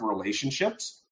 relationships